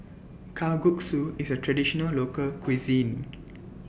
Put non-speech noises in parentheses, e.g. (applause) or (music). Kalguksu IS A Traditional Local Cuisine (noise)